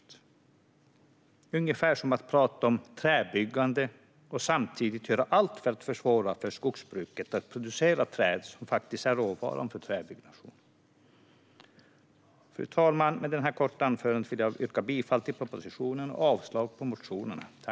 Det är ungefär som att prata om träbyggnation och samtidigt göra allt för att försvåra för skogsbruket att producera träd, som ju är råvaran för träbyggnation. Fru talman! Med detta korta anförande vill jag yrka bifall till propositionen och avslag på motionerna.